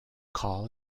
call